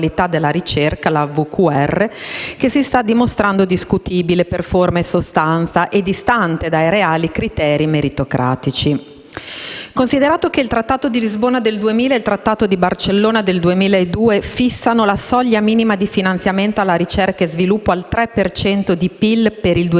Considerato che il Trattato di Lisbona del 2000 e il trattato di Barcellona del 2002 fissano la soglia minima di finanziamento per ricerca e sviluppo al 3 per cento del PIL per il 2010,